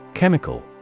Chemical